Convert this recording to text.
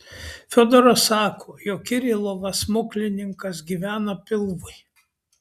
fiodoras sako jog kirilovas smuklininkas gyvena pilvui